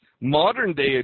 modern-day